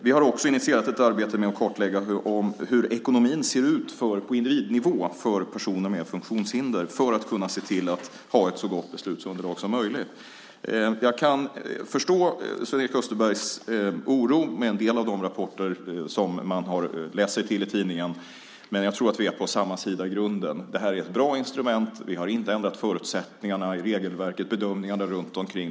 Vi har också initierat ett arbete med att kartlägga hur ekonomin på individnivå ser ut för personer med funktionshinder för att vi ska få ett så gott beslutsunderlag som möjligt. Jag förstår Sven-Erik Österbergs oro mot bakgrund av en del av de rapporter vi har kunnat läsa om i tidningarna, men jag tror i grunden att vi är på samma sida. Det här är ett bra instrument, och vi har inte ändrat förutsättningarna när det gäller regelverket eller bedömningarna runt omkring.